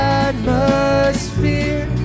atmosphere